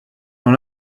dans